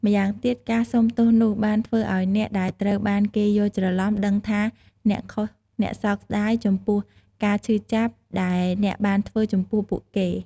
ម្យ៉ាងទៀត ការសុំទោសនោះបានធ្វើឲ្យអ្នកដែលត្រូវបានគេយល់ច្រឡុំដឹងថាអ្នកខុស អ្នកសោកស្ដាយចំពោះការឈឺចាប់ដែលអ្នកបានធ្វើចំពោះពួកគេ។